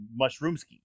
Mushroomski